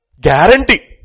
Guarantee